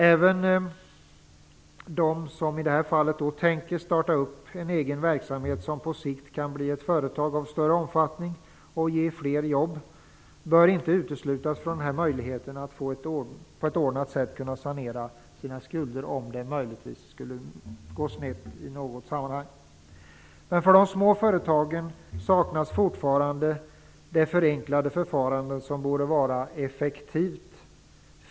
Inte heller de som tänker starta en egen verksamhet som på sikt kan bli ett företag av större omfattning och ge fler jobb bör uteslutas från möjligheter att på ett ordnat sätt kunna sanera sina skulder, om det möjligtvis skulle gå snett i något sammanhang. Men för de små företagen saknas fortfarande det förenklade förfarande som borde vara effektivt.